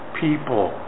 people